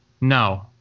No